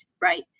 right